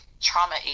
trauma